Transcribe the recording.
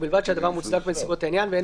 ובלבד שהדבר מוצדק בנסיבות העניין ואין